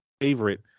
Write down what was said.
favorite